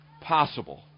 possible